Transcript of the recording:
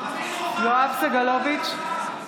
יואב סגלוביץ'